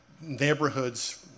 Neighborhoods